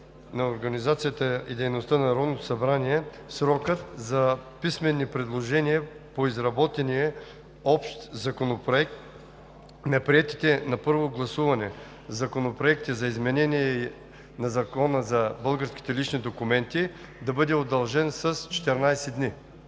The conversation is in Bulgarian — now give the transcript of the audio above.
за организацията и дейността на Народното събрание, срокът за писмени предложения по изработения Общ законопроект на приетите на първо гласуване законопроекти за изменение и допълнение на Закона за българските лични документи да бъде удължен с 14 дни.